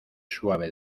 suave